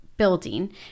building